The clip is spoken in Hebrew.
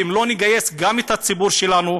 ואם לא נגייס גם את הציבור שלנו,